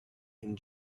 and